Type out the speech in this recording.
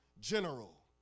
general